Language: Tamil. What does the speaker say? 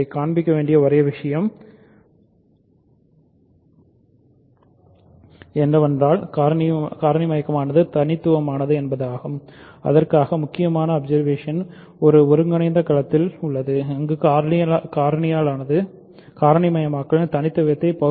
காண்பிக்க வேண்டிய ஒரே விஷயம் என்னவென்றால் காரணியாலானது தனித்துவமானது அதற்காக முக்கியமான அவதானிப்பு ஒரு ஒருங்கிணைந்த களத்தில் உள்ளது அங்கு காரணியாலானது காரணிமயமாக்கலின் தனித்துவத்தை நிரூபிக்க முடிகிறது